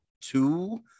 two